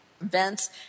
events